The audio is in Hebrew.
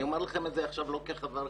אני אומר את זה לא כחבר כנסת.